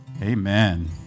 Amen